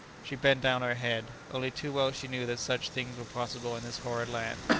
she bent down her head only too well she knew that such things were possible in this horrid land.